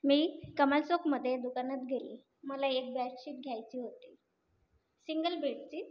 मी कमाल चौकमध्ये दुकानात गेली मला एक बॅडशीट घ्यायची होती सिंगल बेडची